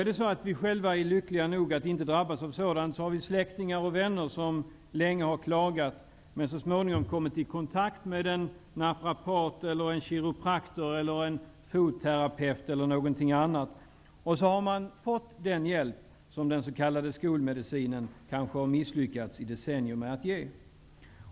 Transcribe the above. Även om vi själva är lyckliga nog att inte drabbas av sådant, har vi kanske släktingar och vänner som länge har klagat och som så småningom har kommit i kontakt med en naprapat, kiropraktor, fotterapeut e.d. Så har man fått den hjälp som den s.k. skolmedicinen kanske under decennier har misslyckats med att ge.